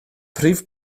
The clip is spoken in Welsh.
prif